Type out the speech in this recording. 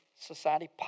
society